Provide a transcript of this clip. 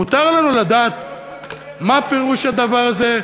מותר לנו לדעת מה פירוש הדבר הזה?